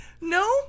No